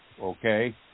okay